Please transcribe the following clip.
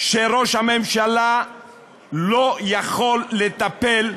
שראש הממשלה לא יכול לטפל,